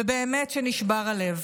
ובאמת שנשבר הלב.